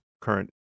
current